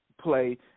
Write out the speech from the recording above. play